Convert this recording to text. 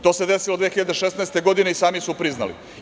To se desilo 2016. godine i sami su priznali.